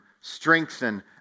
strengthen